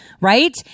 right